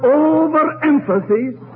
overemphasis